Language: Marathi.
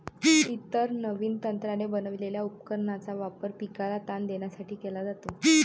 इतर नवीन तंत्राने बनवलेल्या उपकरणांचा वापर पिकाला ताण देण्यासाठी केला जातो